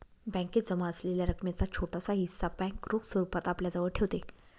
बॅकेत जमा असलेल्या रकमेचा छोटासा हिस्सा बँक रोख स्वरूपात आपल्याजवळ ठेवते